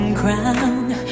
crown